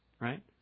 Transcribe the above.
right